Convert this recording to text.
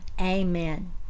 amen